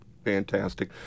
fantastic